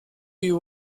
you